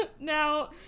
Now